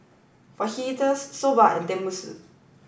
Fajitas Soba and Tenmusu